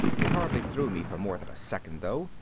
it hardly threw me for more than a second, though,